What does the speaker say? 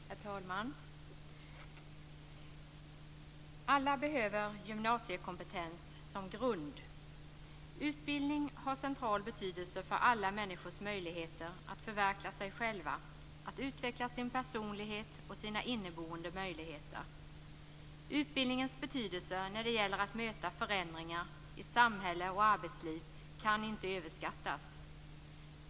Herr talman! Alla behöver gymnasiekompetens som grund. Utbildning har en central betydelse för alla människors möjligheter att förverkliga sig själva, att utveckla sin personlighet och sina inneboende möjligheter. Utbildningens betydelse när det gäller att möta förändringar i samhälle och arbetsliv kan inte överskattas.